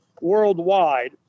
worldwide